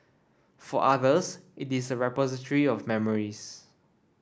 for others it is a repository of memories